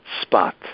spot